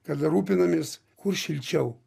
kada rūpinamės kur šilčiau